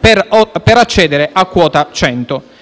per accedere a quota 100.